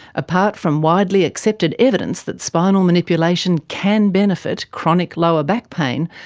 apart from widely accepted evidence that spinal manipulation can benefit chronic lower back pain,